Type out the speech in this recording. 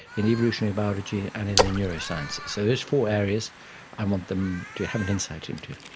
in evolutionary biology and in the neurosciences. so those four areas i want them to have an insight into.